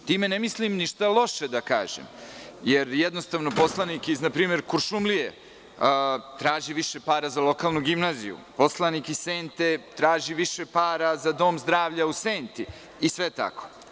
Time ne mislim ništa loše da kažem, jer jednostavno poslanik iz, na primer, Kuršumlije traži više para za lokalnu gimnaziju, poslanik iz Sente traži više para za dom zdravlja u Senti i sve tako.